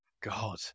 god